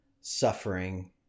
suffering